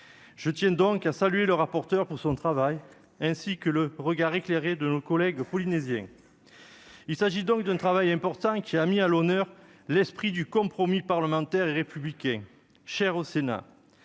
Je tiens donc à saluer le rapporteur pour son travail, ainsi que le regard éclairé de nos collègues polynésiens. C'est un travail important, qui a mis à l'honneur l'esprit du compromis parlementaire et républicain cher au Sénat.